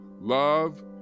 Love